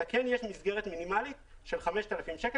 אלא כן יש מסגרת מינימלית של 5,000 שקלים